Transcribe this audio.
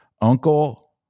Uncle